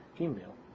Email